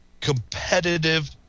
competitive